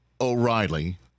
O'Reilly